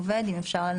זה לא עובד, אנחנו